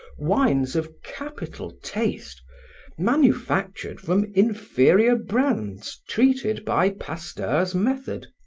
wines of capital taste manufactured from inferior brands treated by pasteur's method.